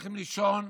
הולכים לישון,